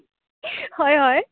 হয় হয়